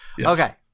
Okay